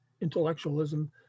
intellectualism